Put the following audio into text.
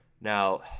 now